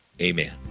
amen